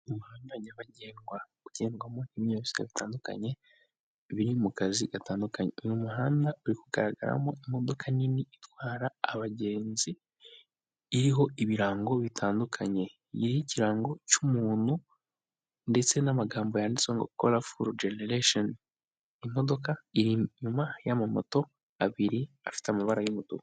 Umuhanda nyabagendwa ugendwamo n'imyore bitandukanye biri mu kazi gatandukanye mu muhanda uri kugaragaramo imodoka nini itwara abagenzi iriho ibirango bitandukanye, iriho ikirango cy'umuntu ndetse n'amagambo yanditse ngo collo fol generation imodoka iri inyuma y'amamoto abiri afite amabara y'umutuku